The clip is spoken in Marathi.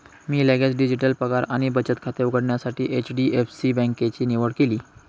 मी लगेच डिजिटल पगार आणि बचत खाते उघडण्यासाठी एच.डी.एफ.सी बँकेची निवड केली